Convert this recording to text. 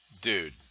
Dude